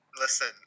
listen